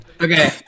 Okay